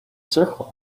circle